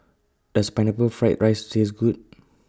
Does Pineapple Fried Rice Taste Good